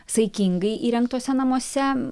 saikingai įrengtuose namuose